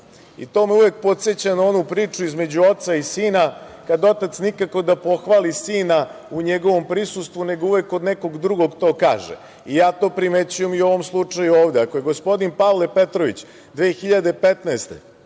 me uvek podseća na onu priču između oca i sina, kad otac nikako da pohvali sina u njegovom prisustvu, nego uvek kod nekog drugog to kaže. Ja to primećujem i u ovom slučaju ovde. Ako je gospodin Pavle Petrović 2015,